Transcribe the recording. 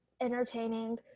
entertaining